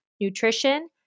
nutrition